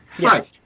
Right